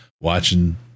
watching